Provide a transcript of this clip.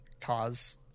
cause